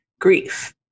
grief